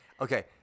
okay